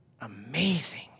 Amazing